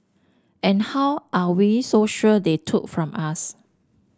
and how are we so sure they took from us